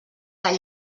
tan